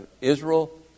israel